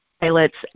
pilots